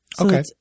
Okay